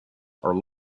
are